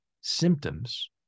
symptoms